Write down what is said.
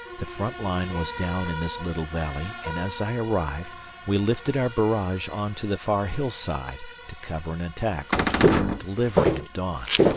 the front line was down in this little valley, and as i arrived we lifted our barrage on to the far hill-side to cover an attack which we were delivering at dawn.